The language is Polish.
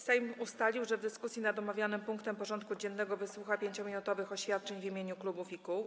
Sejm ustalił, że w dyskusji nad omawianym punktem porządku dziennego wysłucha 5-minutowych oświadczeń w imieniu klubów i kół.